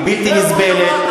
היא בלתי נסבלת,